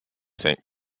saint